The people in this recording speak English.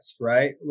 Right